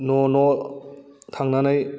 न' न' थांनानै